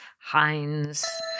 Heinz